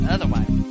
Otherwise